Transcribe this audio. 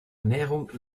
ernährung